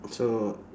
so